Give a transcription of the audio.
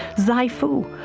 zai fu,